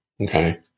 Okay